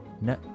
No